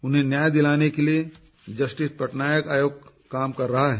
उन्हें न्याय दिलाने के लिए जस्टिस पटनायक आयोग काम कर रहा है